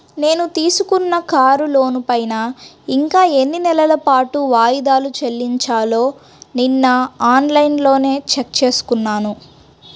నేను తీసుకున్న కారు లోనుపైన ఇంకా ఎన్ని నెలల పాటు వాయిదాలు చెల్లించాలో నిన్నఆన్ లైన్లో చెక్ చేసుకున్నాను